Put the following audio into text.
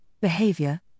behavior